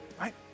right